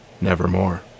nevermore